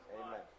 Amen